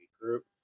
group